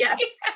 Yes